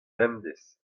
bemdez